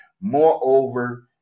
Moreover